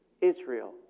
Israel